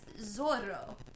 Zorro